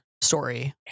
story